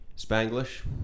Spanglish